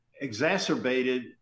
exacerbated